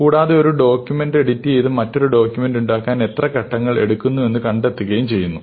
കൂടാതെ ഒരു ഡോക്യൂമെന്റ് എഡിറ്റുചെയ്ത് മറ്റൊരു ഡോക്യൂമെണ്ടാക്കുവാൻ എത്ര ഘട്ടങ്ങൾ എടുക്കുന്നുവെന്ന് കണ്ടെത്തുകയും ചെയ്യുന്നു